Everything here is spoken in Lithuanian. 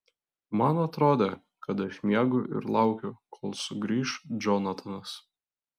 man atrodė kad aš miegu ir laukiu kol sugrįš džonatanas